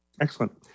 Excellent